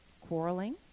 quarreling